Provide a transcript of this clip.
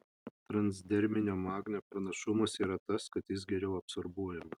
transderminio magnio pranašumas yra tas kad jis geriau absorbuojamas